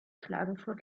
klagenfurt